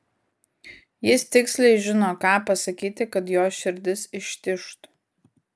jis tiksliai žino ką pasakyti kad jos širdis ištižtų